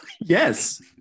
Yes